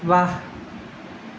ৱাহ